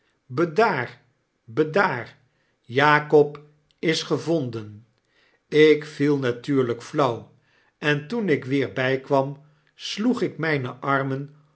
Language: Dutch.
bedaar bedaar jakob is gevonden ik viel natuurlyk flauw en toen ik weer bykwam sloeg ik mijne armen